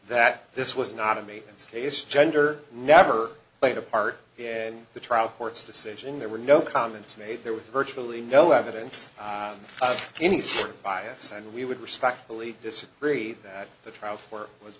that this was not a made its case gender never played a part in the trial court's decision there were no comments made there was virtually no evidence of any bias and we would respectfully disagree that the trial for